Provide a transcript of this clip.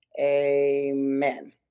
amen